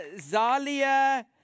Zalia